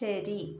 ശരി